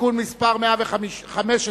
(תיקון מס' 115)